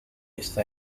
está